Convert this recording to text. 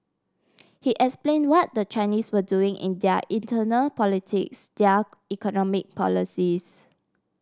he explained what the Chinese were doing in their internal politics their economic policies